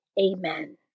Amen